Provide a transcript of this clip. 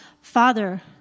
Father